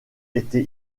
été